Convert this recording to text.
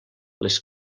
les